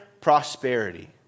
prosperity